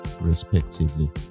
respectively